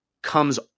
comes